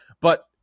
But-